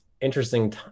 interesting